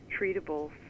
treatable